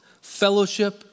fellowship